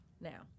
Now